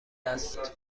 است